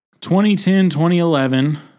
2010-2011